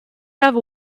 have